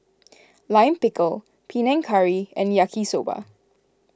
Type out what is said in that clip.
Lime Pickle Panang Curry and Yaki Soba